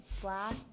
black